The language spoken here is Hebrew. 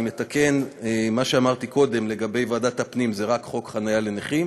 אני מתקן: מה שאמרתי קודם לגבי ועדת הפנים זה רק חוק חניה לנכים,